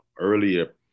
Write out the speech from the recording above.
earlier